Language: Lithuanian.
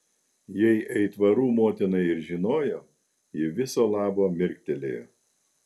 jei aitvarų motina ir žinojo ji viso labo mirktelėjo